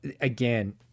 again